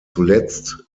zuletzt